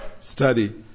study